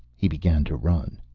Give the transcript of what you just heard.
he began to run.